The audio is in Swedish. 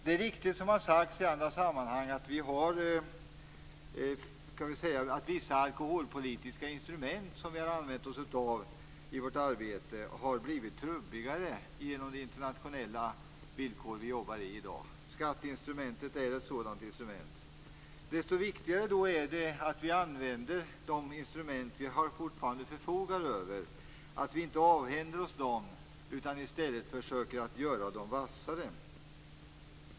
Det är riktigt som har sagts in andra sammanhang att vissa av de alkoholpolitiska instrument som vi har använt oss av har blivit trubbigare genom de internationella villkor som vi i dag arbetar under. Skatteinstrumentet är ett sådant instrument. Desto viktigare är det då att vi använder de instrument som vi fortfarande förfogar över, att vi inte avhänder oss dem utan i stället försöker att göra dem vassare.